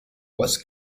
was